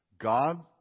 God